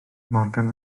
morgan